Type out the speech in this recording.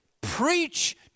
preach